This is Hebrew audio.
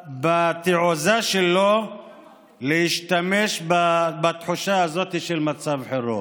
בתעוזה להשתמש בתחושה הזאת של מצב חירום.